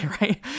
Right